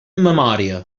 memòria